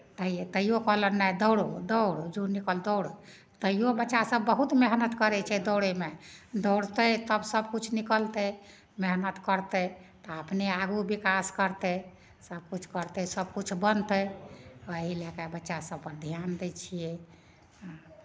तै तैओ कहलक नहि दौड़ो दौड़ पर दौड़ तैओ बच्चासभ बहुत मेहनति करै छै दौड़यमे दौड़तै तब सभकिछु निकलतै मेहनति करतै तऽ अपने आगू विकास करतै सभकिछु करतै सभकिछु बनतै ओही लए कऽ बच्चासभ पर अपन धियान दै छियै